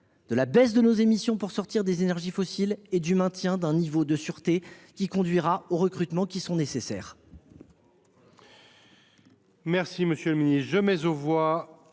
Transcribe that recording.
de la baisse de nos émissions pour sortir des énergies fossiles et du maintien d’un niveau de sûreté qui conduira aux recrutements nécessaires.